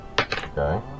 Okay